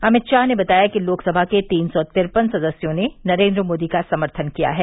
अमित शाह ने बताया की कि लोकसभा के तीन सौ तिरपन सदस्यों ने नरेंद्र मोदी का समर्थन किया है